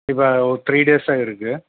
இப்போ ஒரு த்ரீ டேஸ்ஸாக இருக்கு